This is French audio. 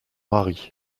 mari